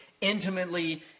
intimately